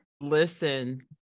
Listen